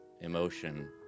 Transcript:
emotion